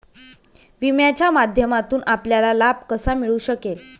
विम्याच्या माध्यमातून आपल्याला लाभ कसा मिळू शकेल?